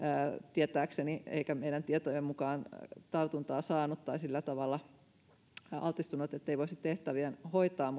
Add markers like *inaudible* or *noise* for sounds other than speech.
tietääkseni eikä meidän tietojen mukaan tartuntaa saanut tai sillä tavalla altistunut ettei voisi tehtäviään hoitaa *unintelligible*